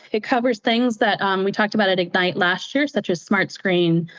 it covers things that we talked about at ignite last year such as smartscreen,